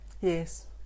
Yes